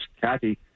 Kathy